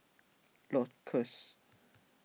Lacoste